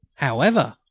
however,